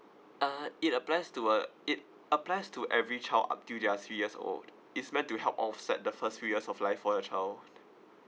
uh it applies to uh it applies to every child until they are three years old it's meant to help offset the first few years of life for the child